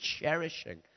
cherishing